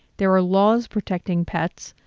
there are laws protecting pets,